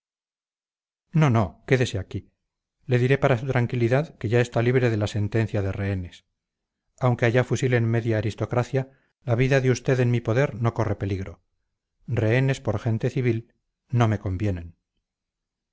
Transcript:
no no quédese aquí le diré para su tranquilidad que ya está libre de la sentencia de rehenes aunque allá fusilen media aristocracia la vida de usted en mi poder no corre peligro rehenes por gente civil no me convienen